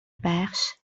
بخش